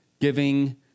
giving